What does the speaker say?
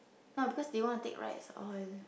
no because they want to take rides all